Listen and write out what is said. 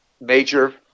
major